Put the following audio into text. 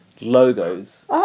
logos